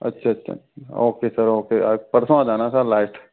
अच्छा अच्छा okay sir okay आज परसों आ जाना सर लास्ट